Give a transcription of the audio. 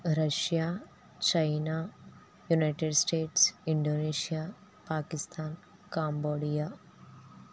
Russia China United States Indonesia Pakistan Cambodia